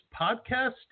podcast